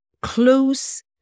close